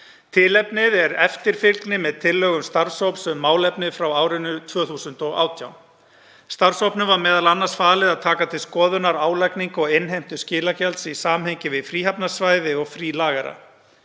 Tilefnið er eftirfylgni með tillögum starfshóps um málefnið frá árinu 2018. Starfshópnum var m.a. falið að taka til skoðunar álagningu og innheimtu skilagjalds í samhengi við fríhafnarsvæði og frílagera.